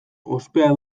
ospea